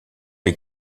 les